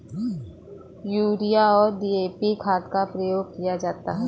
urea और DAP खाद का प्रयोग किया जाता है